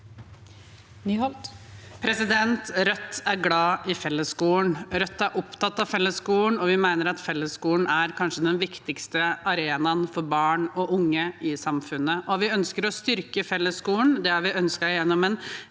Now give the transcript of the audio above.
leder): Rødt er glad i fellesskolen. Rødt er opptatt av fellesskolen, og vi mener at fellesskolen kanskje er den viktigste arenaen for barn og unge i samfunnet. Vi ønsker å styrke fellesskolen – det har vi gjort gjennom en